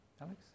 Alex